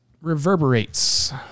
reverberates